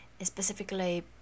specifically